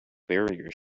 barrier